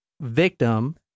victim